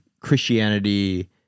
Christianity